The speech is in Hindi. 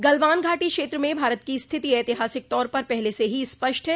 गलवान घाटी क्षेत्र में भारत की स्थिति ऐतिहासिक तौर पर पहले से ही स्पष्ट है